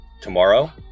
tomorrow